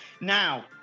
Now